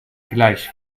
gleich